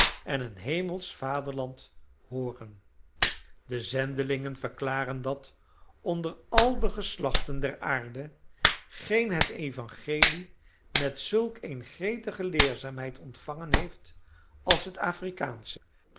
en een hemelsch vaderland hoorden de zendelingen verklaren dat onder al de geslachten der aarde geen het evangelie met zulk eene gretige leerzaamheid ontvangen heeft als het afrikaansche